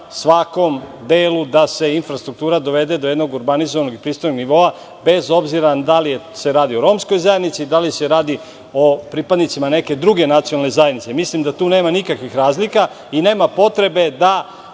svakom delu da se infrastruktura dovede do jednog urbanizovanog i pristojnog nivoa bez obzira d ali se radi o romskoj zajednici, da li se radi o pripadnicima neke druge nacionalne zajednice. Mislim da tu nema nikakvih razlika i nema potrebe da